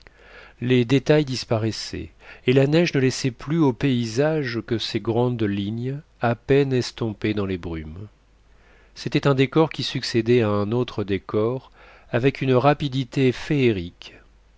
les détails disparaissaient et la neige ne laissait plus au paysage que ses grandes lignes à peine estompées dans les brumes c'était un décor qui succédait à un autre décor avec une rapidité féerique